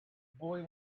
boy